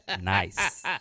nice